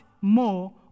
more